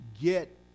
get